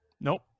Nope